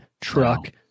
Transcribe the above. truck